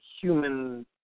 human